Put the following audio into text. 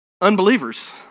unbelievers